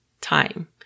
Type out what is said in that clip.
time